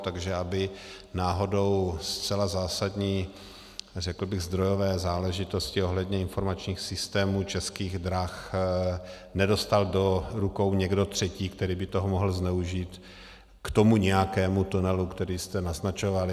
Takže aby náhodou zcela zásadní zdrojové záležitosti ohledně informačních systémů Českých drah nedostal do rukou někdo třetí, který by toho mohl zneužít k nějakému tomu tunelu, který jste naznačoval.